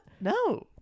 No